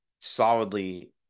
solidly